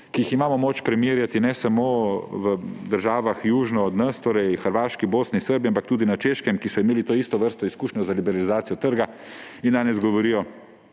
ki jih imamo moč primerjati ne samo v državah, južno od nas, torej Hrvaški, Bosni in Srbiji, ampak tudi na Češkem, ki so imeli to istovrstno izkušnjo z liberalizacijo trga, in danes govorijo